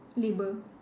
labour